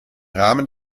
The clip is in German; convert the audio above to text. rahmen